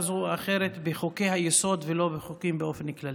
זו או אחרת בחוקי-היסוד ולא בחוקים באופן כללי.